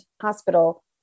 hospital